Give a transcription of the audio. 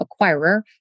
acquirer